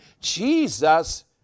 Jesus